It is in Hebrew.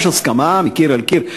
יש הסכמה מקיר לקיר,